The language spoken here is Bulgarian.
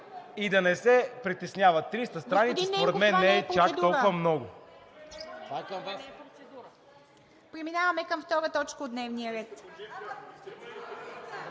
И да не се притесняват. Триста страници според мен не е чак толкова много.